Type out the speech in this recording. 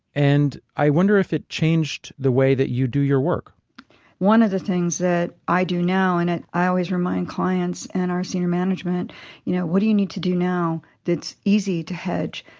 and i wonder if it changed the way that you do your work one of the things that i do now and i always remind clients and our senior management you know what do you need to do now, that's easy to hedge,